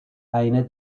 eine